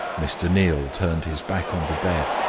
mr. neal turned his back on the bed,